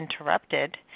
Interrupted